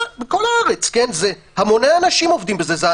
בכל הארץ המוני אנשים עובדים בזה.